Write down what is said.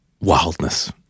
wildness